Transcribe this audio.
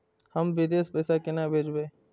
हम विदेश पैसा केना भेजबे?